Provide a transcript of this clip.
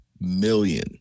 million